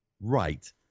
Right